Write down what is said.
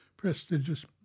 prestigious